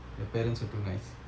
parents were too nice